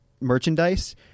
merchandise